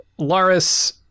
Laris